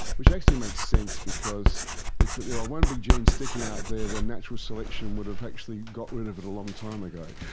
which actually makes sense because if there was one big gene sticking out there, then natural selection would have actually got rid of it a long time ago,